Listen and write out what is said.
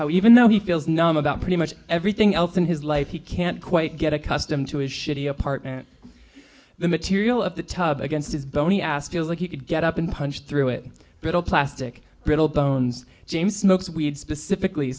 how even though he feels numb about pretty much everything else in his life he can't quite get accustomed to his shitty apartment the material of the tub against his bony ass feels like he could get up and punch through it brittle plastic brittle bones james smokes weed specifically